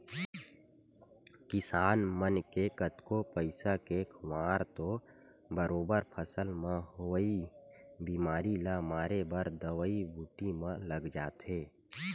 किसान मन के कतको पइसा के खुवार तो बरोबर फसल म होवई बेमारी ल मारे बर दवई बूटी म लग जाथे